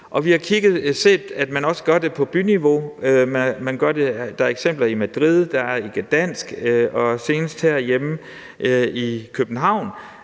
og vi har også set, at man gør det på byniveau. Der er eksempler i Madrid, i Gdansk og senest herhjemme i København.